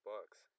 Bucks